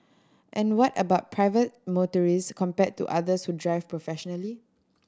and what about private motorist compared to others who drive professionally